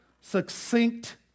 succinct